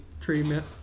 treatment